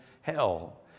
hell